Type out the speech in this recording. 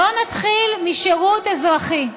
בוא נתחיל משירות אזרחי.